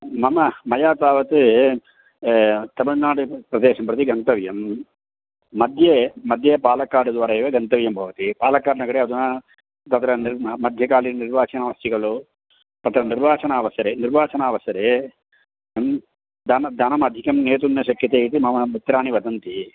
मम मया तावत् तमिळ्नाडु प्रदेशं प्रति गन्तव्यं मध्ये मध्ये पालकाड् द्वारा एव गन्तव्यं भवति पालकाड् नगरे अधुना तत्र निर् मध्यकालीन निर्वाचनमस्ति खलु तत्र निर्वाचनावसरे निर्वाचनावसरे ह्म् धनं धनम् अधिकं नेतुं न शक्यते इति मम मित्राणि वदन्ति